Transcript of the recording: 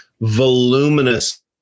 voluminous